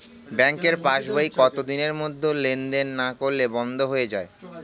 ব্যাঙ্কের passbook কত দিনের মধ্যে লেন দেন না করলে বন্ধ হয়ে য়ায়?